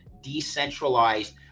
decentralized